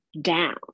down